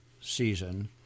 season